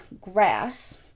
grass